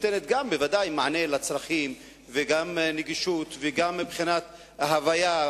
שנותנת גם מענה לצרכים וגם נגישות וגם מענה מבחינת ההוויה,